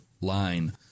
line